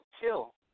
kill